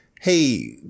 hey